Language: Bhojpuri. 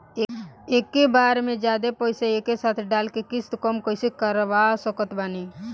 एके बार मे जादे पईसा एके साथे डाल के किश्त कम कैसे करवा सकत बानी?